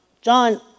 John